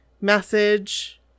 message